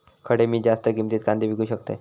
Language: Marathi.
खडे मी जास्त किमतीत कांदे विकू शकतय?